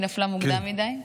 היא נפלה מוקדם מדי.